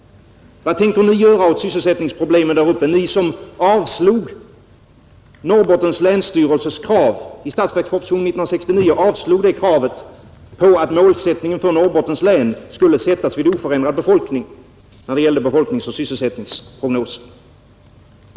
Vad tänker ni göra åt sysselsättningsproblemen där uppe, ni som i statsverkspropositionen 1969 avslog Norrbottens länsstyrelses krav på att målsättningen för Norbottens län skulle vara oförändrad befolkning när det gällde befolkningsoch sysselsättningsprognoser?